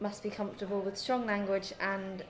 must be comfortable with strong language and